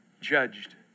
judged